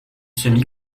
semi